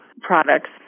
products